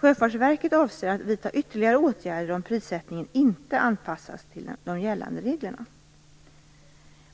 Sjöfartsverket avser att vidta ytterligare åtgärder om prissättningen inte anpassas till de gällande reglerna.